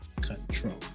control